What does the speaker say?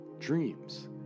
dreams